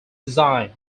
design